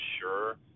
sure